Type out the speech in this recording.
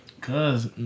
Cause